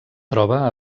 troba